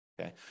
okay